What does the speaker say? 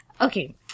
Okay